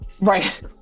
Right